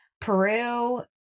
Peru